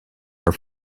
are